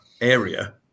area